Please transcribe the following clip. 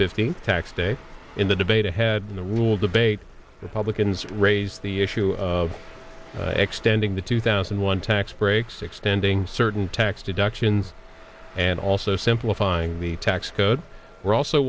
fifteenth tax day in the debate ahead in the rule debate republicans raise the issue of extending the two thousand and one tax breaks extending certain tax deductions and also simplifying the tax code we're also